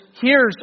hears